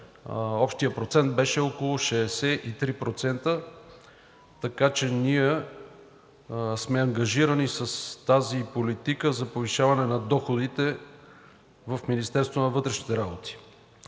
общият процент беше около 63%. Така че ние сме ангажирани с тази политика за повишаване на доходите в Министерството на вътрешните работи.